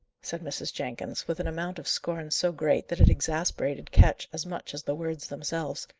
said mrs. jenkins, with an amount of scorn so great that it exasperated ketch as much as the words themselves.